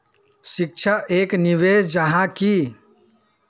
शिक्षा एक निवेश जाहा की?